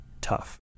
tough